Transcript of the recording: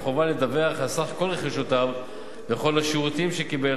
אף חובה לדווח על סך כל רכישותיו וכל השירותים שקיבל,